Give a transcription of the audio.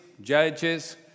judges